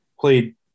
played